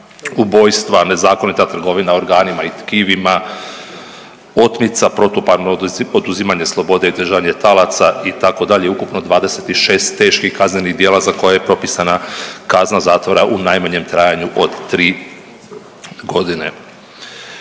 ubojstva, nezakonita trgovina organima i tkivima, otmica, protuparno oduzimanje slobode i držanje talaca, itd., ukupno 26 teških kaznenih djela za koje je propisana kazna zatvora u najmanjem trajanju od 3 godine.